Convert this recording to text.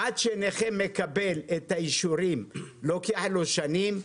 עד שנכה מקבל את האישורים לוקח לו שנים.